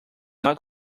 not